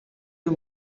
you